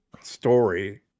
story